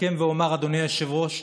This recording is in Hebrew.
אסכם ואומר, אדוני היושב-ראש: